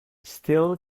steel